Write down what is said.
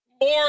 more